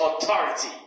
authority